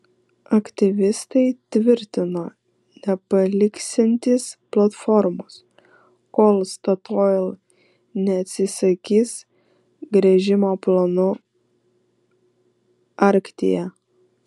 aktyvistai tvirtino nepaliksiantys platformos kol statoil neatsisakys gręžimo planų arktyje